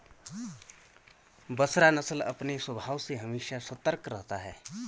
बसरा नस्ल अपने स्वभाव से हमेशा सतर्क रहता है